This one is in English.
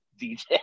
dj